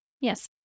yes